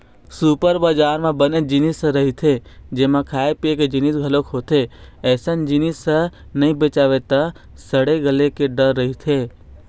super बजार म बनेच जिनिस ह रहिथे जेमा खाए पिए के जिनिस घलोक होथे, अइसन जिनिस ह नइ बेचावय त सड़े गले के डर रहिथे